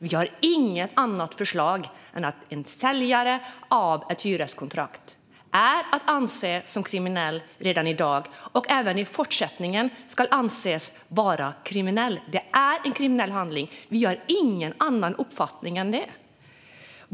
Vi har inget annat förslag än att en säljare av ett hyreskontrakt ska anses som kriminell redan i dag och även i fortsättningen. Det är en kriminell handling. Vi har ingen annan uppfattning.